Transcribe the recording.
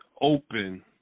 open